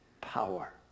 power